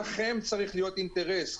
לכם צריך להיות אינטרס,